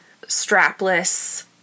strapless